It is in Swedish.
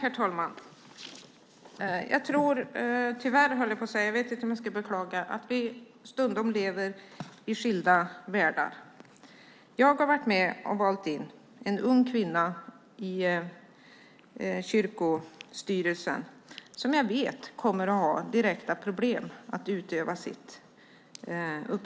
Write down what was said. Herr talman! Jag vet inte om jag ska beklaga det, men jag tror att vi stundom lever i skilda världar. Jag har varit med om att välja in en ung kvinna i kyrkomötet, och jag vet att hon kommer att ha problem med att,